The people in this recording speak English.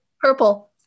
Purple